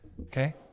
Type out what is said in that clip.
okay